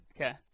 Okay